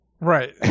Right